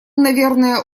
наверное